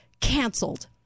canceled